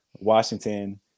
Washington